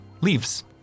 leaves